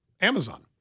Amazon